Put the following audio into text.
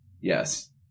Yes